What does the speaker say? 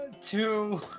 two